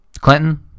Clinton